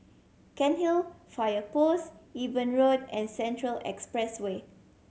Cairnhill Fire Post Eben Road and Central Expressway